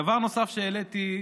דבר נוסף שהעליתי,